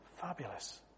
fabulous